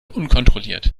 unkontrolliert